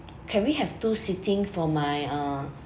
can we have two seating for my uh